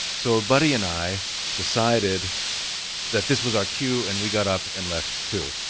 so, ah buddy and i decided that this was our cue and we got up and left too.